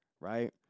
right